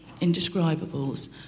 Indescribables